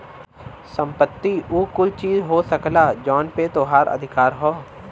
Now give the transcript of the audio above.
संपत्ति उ कुल चीज हो सकला जौन पे तोहार अधिकार हौ